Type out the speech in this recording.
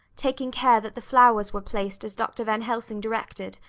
taking care that the flowers were placed as dr. van helsing directed,